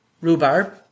rhubarb